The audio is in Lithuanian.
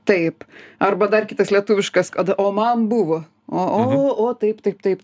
taip arba dar kitas lietuviškas kad o man buvo o o o taip taip taip